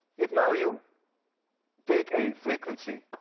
if now you take a frequency